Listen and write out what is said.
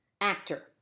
actor